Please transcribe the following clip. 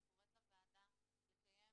אני קוראת לוועדה לקיים